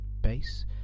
bass